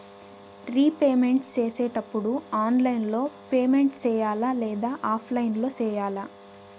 repayment సేసేటప్పుడు online లో payment సేయాలా లేదా ఆఫ్లైన్ లో సేయాలా